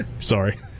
Sorry